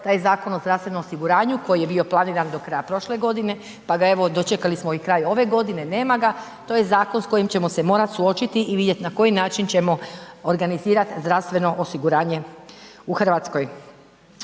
taj Zakon o zdravstvenom osiguranju koji je bio planiran do kraja prošle godine pa ga evo dočekali smo i kraj ove godine, nema ga, to je zakon s kojim ćemo se morat suočiti vidjeti na koji način ćemo organizirati zdravstveno osiguranje u Hrvatskoj.